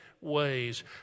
ways